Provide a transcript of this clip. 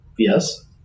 Yes